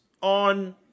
on